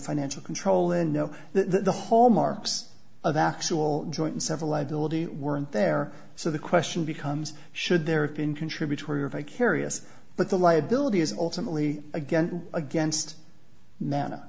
financial control and no the hallmarks of actual joint and several liability weren't there so the question becomes should there have been contributory or vicarious but the liability is ultimately again against n